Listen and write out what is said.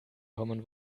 common